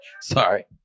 Sorry